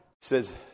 says